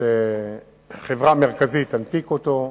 שחברה מרכזית תנפיק אותו,